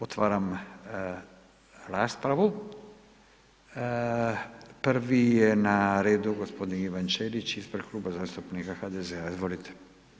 Otvaram raspravu, prvi je na redu g. Ivan Ćelić ispred Kluba zastupnika HDZ-a, izvolite.